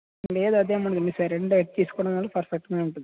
లేదు అదేం ఉండదు మీరు సరైన డైట్ తీసుకోవడంవల్ల పర్ఫెక్ట్గా ఉంటుంది